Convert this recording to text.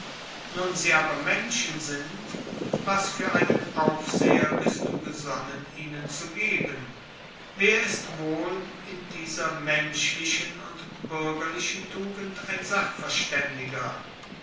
nun sie aber menschen sind was für einen aufseher bist du gesonnen ihnen zu geben wer ist wohl in dieser menschlichen und bürgerlichen tugend ein sachverständiger